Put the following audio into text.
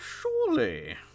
surely